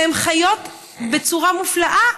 והן חיות בצורה מופלאה.